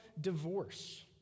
divorce